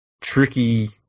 tricky